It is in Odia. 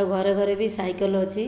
ଆଉ ଘରେ ଘରେ ବି ସାଇକଲ ଅଛି